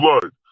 blood